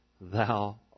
thou